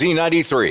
Z93